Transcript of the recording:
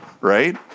right